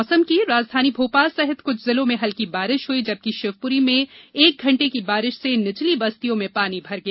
मौसम राजधानी भोपाल सहित कुछ जिलों में हल्की बारिश हुई जबकि शिवपुरी में एक घंटे की बारिश से निचली बस्तियों में पानी भर गया